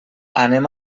anem